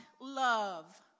love